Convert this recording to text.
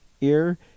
ear